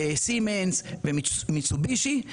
סימנס ומיצובישי.